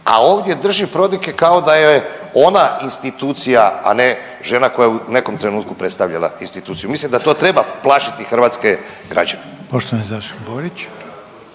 a ovdje drži prodike kao da je ona institucija, a ne žena koja je u nekom trenutku predstavljala instituciju. Mislim da to treba plašiti hrvatske građane. **Reiner,